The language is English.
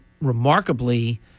remarkably